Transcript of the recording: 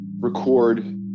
record